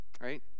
Right